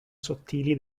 sottili